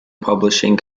publishing